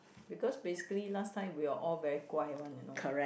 because basically last time we are all very 乖 one you know